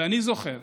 ואני זוכר